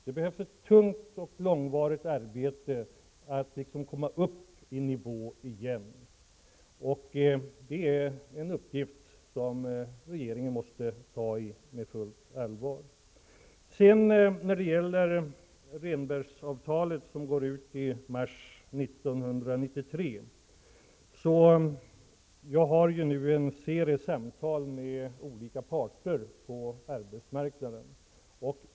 Det behövs ett tungt och långvarigt arbete för att nivån skall bli högre igen, och det är en uppgift som regeringen måste ta tag i på fullt allvar. När det gäller Rehnbergavtalet, som går ut i mars 1993, har jag nu en serie samtal med olika parter på arbetsmarknaden.